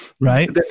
Right